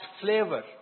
flavor